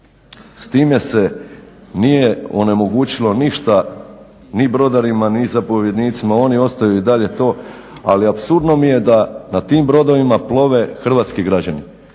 S time se nije onemogućilo ništa ni brodarima ni zapovjednicima, oni ostaju i dalje to ali apsurdno mi je da na tim brodovima plove hrvatski građani,